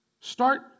Start